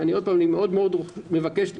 אני מבקש מאוד,